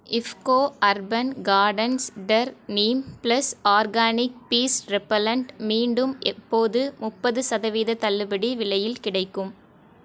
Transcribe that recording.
IFFCO urban gardens டர் neem plus organic pest repellent மீண்டும் எப்போது முப்பது சதவீதம் தள்ளுபடி விலையில் கிடைக்கும்